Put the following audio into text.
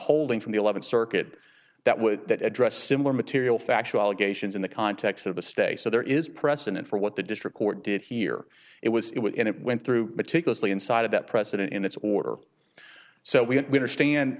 holding from the eleventh circuit that would that address similar material factual allegations in the context of a stay so there is precedent for what the district court did here it was it would and it went through meticulously inside of that precedent in its order so we